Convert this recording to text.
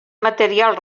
material